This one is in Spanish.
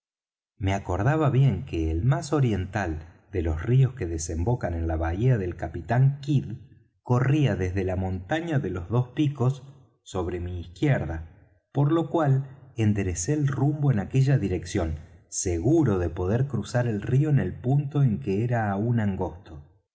me acordaba bien que el más oriental de los ríos que desembocan en la bahía del capitán kidd corría desde la montaña de los dos picos sobre mi izquierda por lo cual enderecé el rumbo en aquella dirección seguro de poder cruzar el río en el punto en que era aún angosto